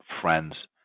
friends